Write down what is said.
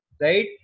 right